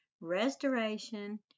restoration